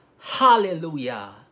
Hallelujah